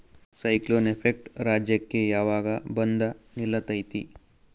Cyclone effect ರಾಜ್ಯಕ್ಕೆ ಯಾವಾಗ ಬಂದ ನಿಲ್ಲತೈತಿ?